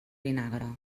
vinagre